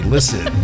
Listen